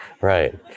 right